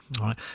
right